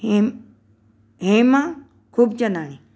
Hem Hema Khubchandani